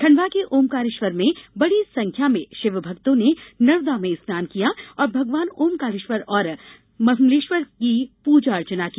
खंडवा के ओंकारेश्वर में बड़ी संख्या में शिवभक्तों ने नर्मदा में स्नान किया और भगवान ओंकारेश्वर और ममलेश्वर की पूजा अर्चना की